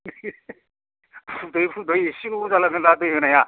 दै दै एसेबाबो जालांगोन दा दै होनाया